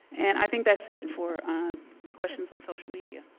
and i think that's it for questions on social media.